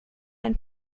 ein